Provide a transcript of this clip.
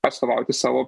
atstovauti savo